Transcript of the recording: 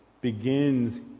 begins